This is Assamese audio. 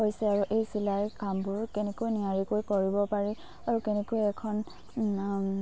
হৈছে আৰু এই চিলাই কামবোৰ কেনেকৈ নিয়াৰিকৈ কৰিব পাৰি আৰু কেনেকৈ এখন